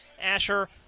Asher